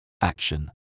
action